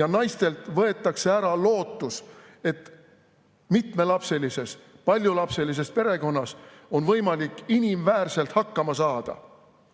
ja naistelt võetakse ära lootus, et paljulapselises perekonnas on võimalik inimväärselt hakkama saada,